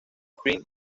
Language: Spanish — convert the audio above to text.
prim